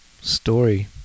story